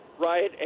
Right